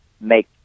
make